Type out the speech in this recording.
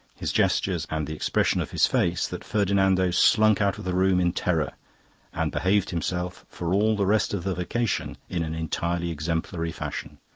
his gestures, and the expression of his face that ferdinando slunk out of the room in terror and behaved himself for all the rest of the vacation in an entirely exemplary fashion.